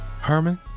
Herman